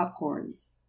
popcorns